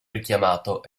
richiamato